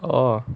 oh